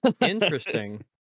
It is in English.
Interesting